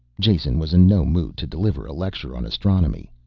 jason was in no mood to deliver a lecture on astronomy.